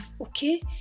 okay